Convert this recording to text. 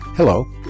Hello